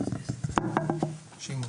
שלום לכולם,